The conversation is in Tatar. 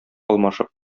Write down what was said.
алмашып